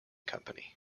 company